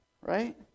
right